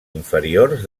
inferiors